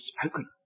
spoken